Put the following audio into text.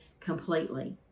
completely